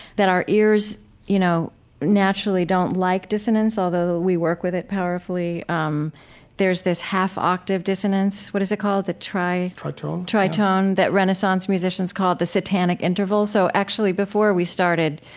that our ears you know naturally don't like dissonance, although we work with it powerfully. um there's this half-octave dissonance, what is it called? the tri, tri-tone tri-tone, that renaissance musicians musicians called the satanic interval. so, actually before we started,